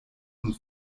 und